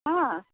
हँ